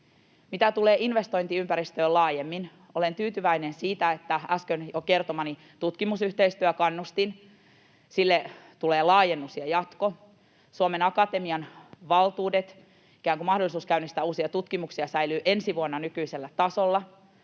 Mitä tulee investointiympäristöön laajemmin, olen tyytyväinen siitä äsken jo kertomastani, että tutkimusyhteistyökannustimelle tulee laajennus ja jatko. Suomen Akatemian valtuudet, ikään kuin mahdollisuus käynnistää uusia tutkimuksia, säilyvät ensi vuonna nykyisellä tasolla.